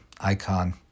icon